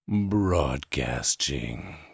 Broadcasting